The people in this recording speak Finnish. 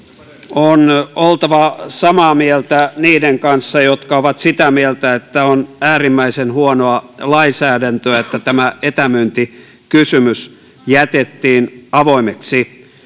on oltava samaa mieltä niiden kanssa jotka ovat sitä mieltä että on äärimmäisen huonoa lainsäädäntöä että tämä etämyyntikysymys jätettiin avoimeksi